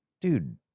dude